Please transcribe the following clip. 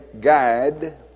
guide